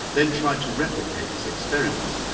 then tried to replicate this experiment,